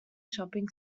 shopping